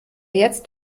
jetzt